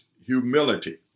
humility